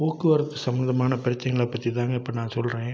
போக்குவரத்து சம்பந்தமான பிரச்சினைகளப் பற்றி தாங்க இப்போ நான் சொல்கிறேன்